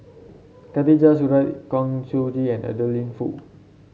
Khatijah Surattee Kang Siong Joo and Adeline Foo